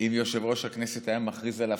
אם יושב-ראש הכנסת היה מכריז על הפסקה,